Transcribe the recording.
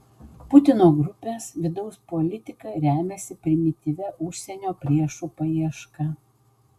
putino grupės vidaus politika remiasi primityvia užsienio priešų paieška